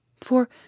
For